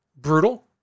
brutal